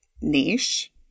niche